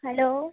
hello